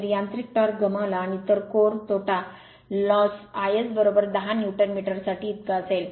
जर यांत्रिक टॉर्क गमावला आणि तर कोर तोटा iS 10 न्यूटन मीटरसाठी इतका असेल